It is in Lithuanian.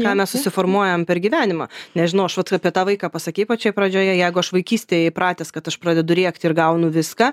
ką mes susiformuojam per gyvenimą nežinau aš vat apie tą vaiką pasakei pačioj pradžioje jeigu aš vaikystėje įpratęs kad aš pradedu rėkti ir gaunu viską